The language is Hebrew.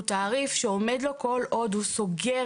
הוא תעריף שעומד לו כל עוד הוא סוגר